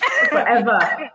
Forever